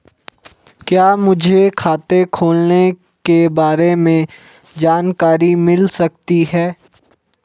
क्या मुझे खाते खोलने के बारे में जानकारी मिल सकती है?